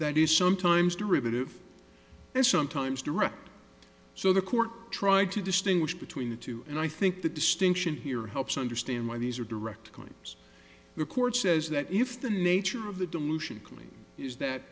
that is sometimes derivative and sometimes direct so the court tried to distinguish between the two and i think the distinction here helps understand why these are direct cons the court says that if the nature of the dilution coming is that